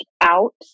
out